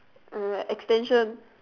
uh extension